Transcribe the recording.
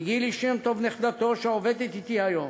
מגילי שם-טוב נכדתו, שעובדת אתי היום,